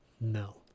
No